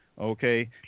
Okay